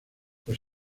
los